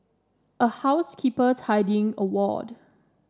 a housekeeper tidying a ward